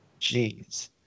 Jeez